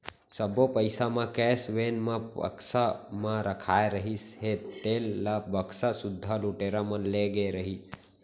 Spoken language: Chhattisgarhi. सब्बो पइसा म कैस वेन म बक्सा म रखाए रहिस हे तेन ल बक्सा सुद्धा लुटेरा मन ले गे रहिस